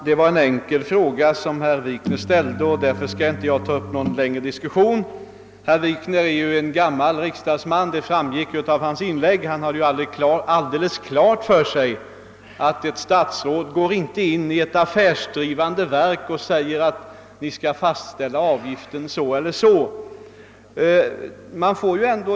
Herr talman! Herr Wikner har här ställt en enkel fråga, och därför skall jag inte nu ta upp någon längre diskussion. Som gammal riksdagsman har herr Wikner klart för sig att ett statsråd inte säger till ett affärsdrivande verk att de och de avgifterna skall verket fastställa.